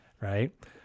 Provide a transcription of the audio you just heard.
right